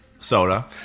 soda